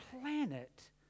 planet